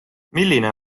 milline